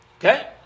Okay